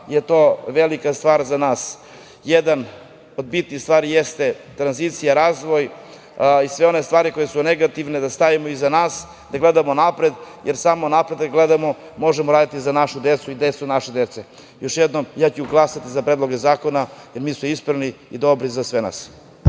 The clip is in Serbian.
je to velika stvar za nas. Jedna od bitnijih stvari jeste tranzicija, razvoj i sve one stvari koje su negativne da ostavimo iza nas, da gledamo napred, jer samo kad gledamo napred, možemo raditi za našu decu i decu naše dece. Još jednom, ja ću glasati za predloge zakona jer mislim da su ispravni i dobri za sve nas.